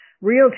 real